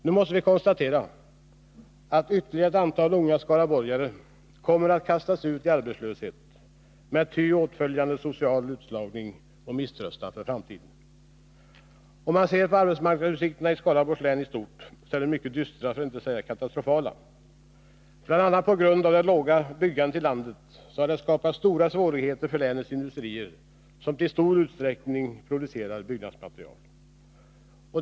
Nu måste vi konstatera att ytterligare ett antal unga skaraborgare kommer att kastas ut i arbetslöshet med ty åtföljande social utslagning och misströstan för framtiden. Om man ser på arbetsmarknadsutsikterna i Skaraborgs län i stort, så finner man att de är mycket dystra, för att inte säga katastrofala. BI. a. på grund av det låga byggandet i hela landet har det skapats stora svårigheter för länets industrier, som till stor del producerar byggnadsmaterial.